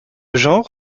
genre